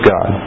God